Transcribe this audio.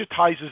digitizes